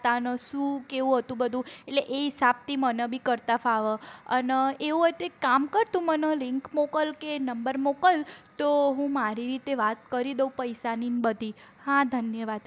અને શું કેવું હતું બધું એટલે એ હિસાબથી મને બી કરતા ફાવે અને એવું હોય તો એક કામ કર તું મને લીંક મોકલ કે નંબર મોકલ તો હું મારી રીતે વાત કરી દઉં પૈસાની ને બધી હા ધન્યવાદ